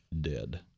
dead